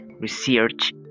research